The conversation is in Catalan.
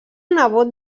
nebot